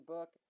Book